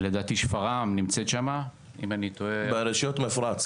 לדעתי שפרעם נמצאת שם --- היא ברשויות המפרץ.